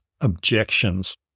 objections